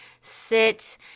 sit